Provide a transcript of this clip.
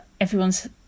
everyone's